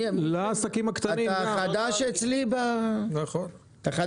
אתה חדש פה, נכון?